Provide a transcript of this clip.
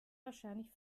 wahrscheinlich